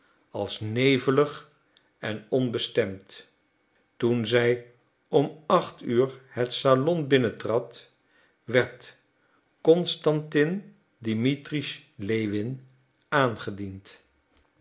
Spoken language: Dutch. als nevelig en onbestemd toen zij om acht uur het salon binnen trad werd constantin dimitrisch lewin aangediend